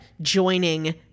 joining